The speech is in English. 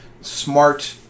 smart